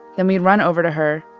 then we'd run over to her,